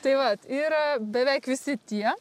tai vat yra beveik visi tie